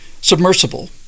submersible